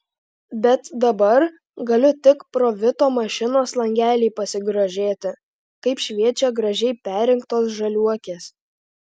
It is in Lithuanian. bet dabar galiu tik pro vito mašinos langelį pasigrožėti kaip šviečia gražiai perrinktos žaliuokės